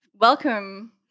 welcome